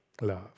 love